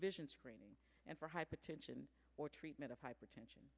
vision screening and for hypertension or treatment of hypertension